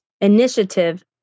initiative